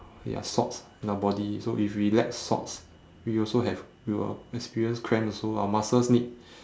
they are salts in our body so if we lack salts we also have we will experience cramp also lah muscles need